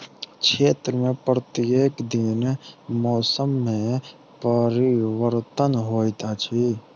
क्षेत्र में प्रत्येक दिन मौसम में परिवर्तन होइत अछि